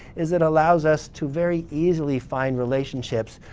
is it allows us to very easily find relationships,